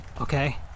Okay